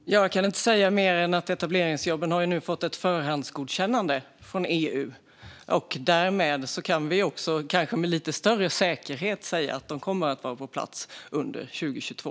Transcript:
Fru talman! Jag kan inte säga mer än att etableringsjobben nu har fått ett förhandsgodkännande från EU, och därmed kan vi kanske med lite större säkerhet säga att de kommer att vara på plats under 2022.